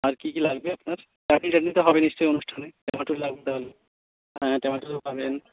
আর কি কি লাগবে আপনার চাটনি চাটনি তো নিশ্চয়ই হবে অনুষ্ঠানে টমেটোও লাগবে তাহলে হ্যাঁ টমেটোও পাবেন